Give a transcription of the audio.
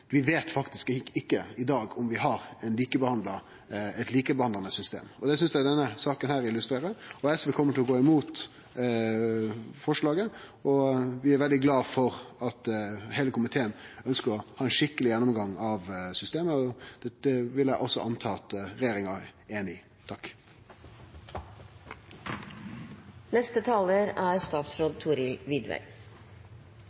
vi veit faktisk ikkje i dag om vi har eit system som behandlar alle likt. Det synest eg denne saka illustrerer, og SV kjem til å gå imot forslaget. Vi er veldig glade for at heile komiteen ønskjer å ha ein skikkeleg gjennomgang av systemet. Dette vil eg anta at regjeringa også er einig i. Fra 1. september i år er